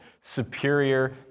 superior